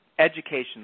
education